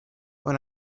when